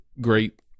great